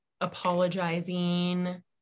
apologizing